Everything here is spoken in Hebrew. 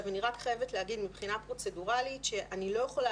אני רק חייבת להגיד שמבחינה פרוצדורלית אני לא יכולה